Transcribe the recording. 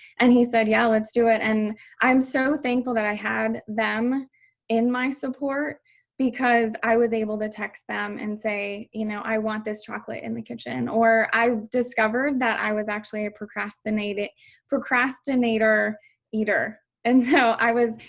and he said, yeah, let's do it. and i'm so thankful that i had them in my support because i was able to text them and say, you know, i want this chocolate in the kitchen. or i discovered that i was actually a procrastinator eater. and so i was.